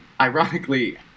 ironically